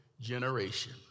generation